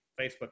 Facebook